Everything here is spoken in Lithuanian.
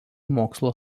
mokslo